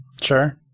Sure